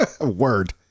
Word